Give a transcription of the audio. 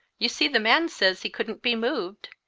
you see, the man says he couldn't be moved.